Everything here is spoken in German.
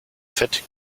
fett